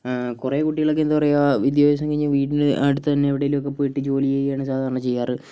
കുറെ കുട്ടികളൊക്കെ എന്താ പറയുക വിദ്യാഭ്യാസം കഴിഞ്ഞാൽ വീടിന് അടുത്തുതന്നെ എവിടെയെങ്കിലും ഒക്കെ പോയിട്ട് ജോലി ചെയ്യുകയാണ് സാധാരണ ചെയ്യാറ്